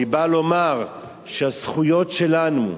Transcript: אני בא לומר שהזכויות שלנו,